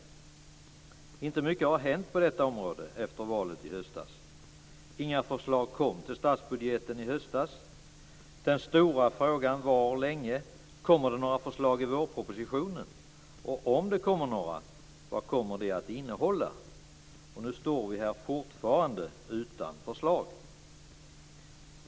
Inte mycket har hänt på detta område efter valet i höstas. Inga förslag fanns i statsbudgeten i höstas. Den stora frågan var länge: Kommer det några förslag i vårpropositionen? Och om det kommer några, vad kommer de att innehålla? Nu står vi här fortfarande utan förslag.